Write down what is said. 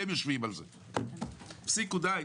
תפסיקו, די.